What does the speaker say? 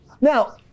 Now